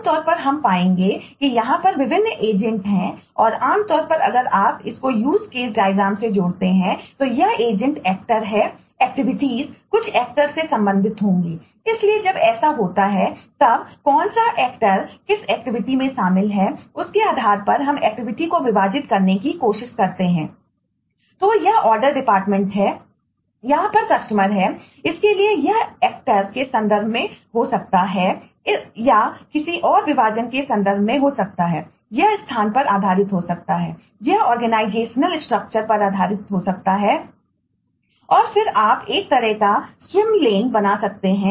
आम तौर पर हम पाएंगे कि यहां पर विभिन्न एजेंट के संदर्भ में हो सकता है या किसी और विभाजन के संदर्भ में हो सकता है यह स्थान पर आधारित हो सकता है यह ऑर्गेनाइजेशनल स्ट्रक्चर को बना सकते हैं